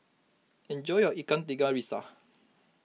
enjoy your Ikan Tiga Rasa